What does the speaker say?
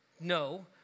No